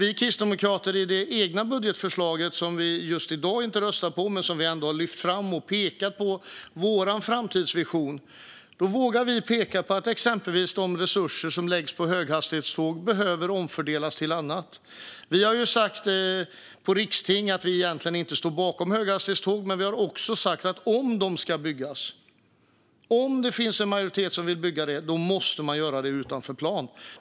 I vårt eget budgetförslag, som vi just i dag inte röstar på men där vi ändå har lyft fram vår framtidsvision, pekar vi på att exempelvis de resurser som läggs på höghastighetståg behöver omfördelas till annat. På rikstinget har vi sagt att vi egentligen inte står bakom höghastighetståg, men vi har också sagt att om det finns en majoritet som vill bygga måste man göra det utanför plan.